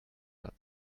but